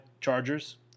Chargers